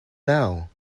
now